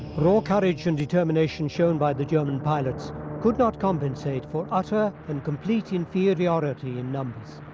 raw courage and determination shown by the german pilots could not compensate for utter and complete inferiority in numbers,